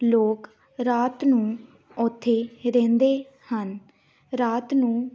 ਲੋਕ ਰਾਤ ਨੂੰ ਉੱਥੇ ਰਹਿੰਦੇ ਹਨ ਰਾਤ ਨੂੰ